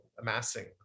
amassing